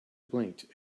blinked